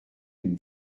une